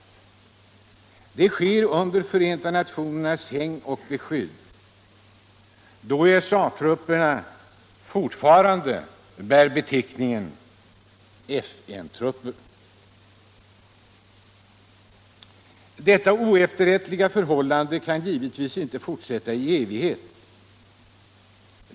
Det sker under Förenta nationernas hägn och beskydd, då USA-trupperna fortfarande bär beteckningen FN-trupper. Detta oefterrättliga förhållande kan givetvis inte fortsätta i evighet.